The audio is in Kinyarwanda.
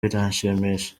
biranshimisha